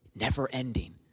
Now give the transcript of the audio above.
never-ending